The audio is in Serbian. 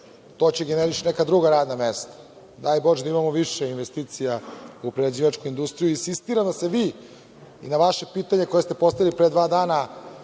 to će da generiše neka druga radna mesta. Daj Bože da imamo više investicija u prerađivačkoj industriji i insistiram da se vi, i na vaše pitanje koje ste postavili pre dva dana